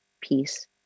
peace